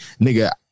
nigga